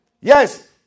Yes